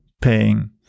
paying